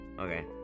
okay